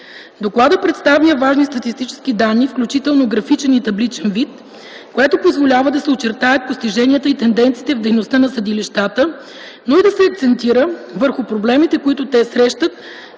Докладът представя важни статистически данни, вкл. в графичен и табличен вид, което позволява да се очертаят постиженията и тенденциите в дейността на съдилищата, но и да се акцентира върху проблемите, които те срещат,